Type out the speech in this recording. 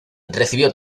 recibió